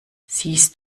siehst